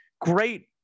Great